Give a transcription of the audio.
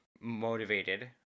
motivated